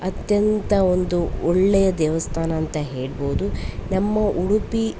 ಅತ್ಯಂತ ಒಂದು ಒಳ್ಳೆಯ ದೇವಸ್ಥಾನ ಅಂತ ಹೇಳ್ಬೋದು ನಮ್ಮ ಉಡುಪಿ